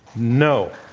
no.